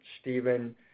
Stephen